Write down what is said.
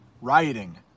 rioting